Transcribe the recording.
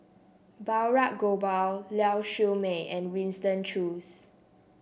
Balraj Gopal Lau Siew Mei and Winston Choos